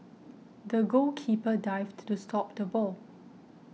the goalkeeper dived to stop the ball